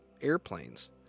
airplanes